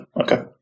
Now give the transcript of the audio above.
Okay